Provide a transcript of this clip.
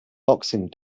boxing